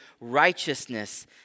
righteousness